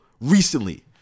recently